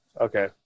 Okay